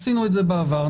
עשינו את זה בעבר,